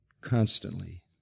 constantly